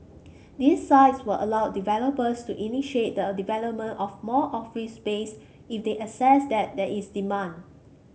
these sites will allow developers to initiate the development of more office space if they assess that there is demand